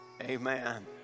amen